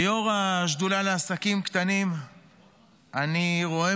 כיושב-ראש השדולה לעסקים קטנים אני רואה